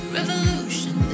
Revolution